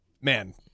man